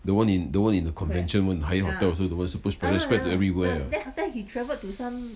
the one in the the one in the convention one hyatt hotels also got one super spreader spread everywhere